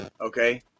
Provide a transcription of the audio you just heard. okay